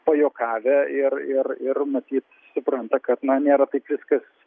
pajuokavę ir ir ir matyt supranta kad na nėra taip viskas